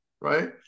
right